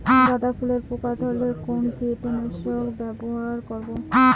গাদা ফুলে পোকা ধরলে কোন কীটনাশক ব্যবহার করব?